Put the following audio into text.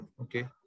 okay